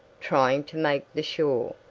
trying to make the shore.